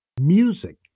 Music